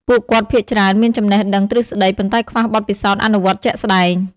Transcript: ពួកគាត់ភាគច្រើនមានចំណេះដឹងទ្រឹស្តី ប៉ុន្តែខ្វះបទពិសោធន៍អនុវត្តជាក់ស្តែង។